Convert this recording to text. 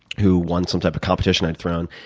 who won some type of competition i'd thrown.